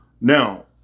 Now